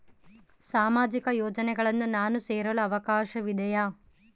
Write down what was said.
ಸಾಮಾಜಿಕ ಯೋಜನೆಯನ್ನು ನಾನು ಸೇರಲು ಅವಕಾಶವಿದೆಯಾ?